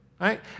Right